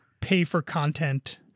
pay-for-content